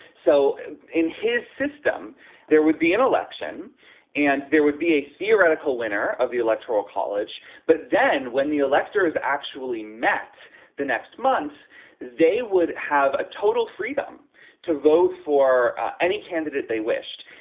so in his system there would be an election and there would be a theoretical winner of the electoral college. but then when the electors actually met the next month they would have total freedom to vote for any candidate they wished.